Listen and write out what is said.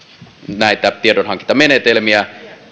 näitä tiedonhankintamenetelmiä